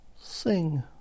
sing